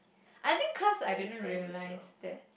I think cause I didn't realize that